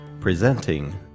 presenting